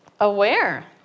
Aware